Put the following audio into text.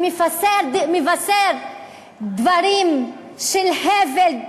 ומפזר דברים של הבל,